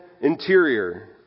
interior